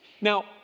Now